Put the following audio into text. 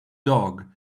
dog